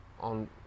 on